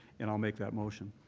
and i'll make that motion.